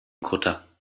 kutter